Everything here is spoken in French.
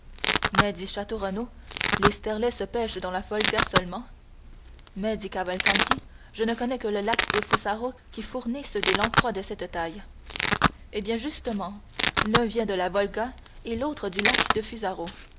mais dit château renaud les sterlets se pêchent dans la volga seulement mais dit cavalcanti je ne connais que le lac de fusaro qui fournisse des lamproies de cette taille eh bien justement l'un vient de la volga et l'autre du lac de fusaro